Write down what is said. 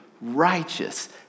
righteous